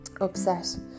upset